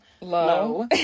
low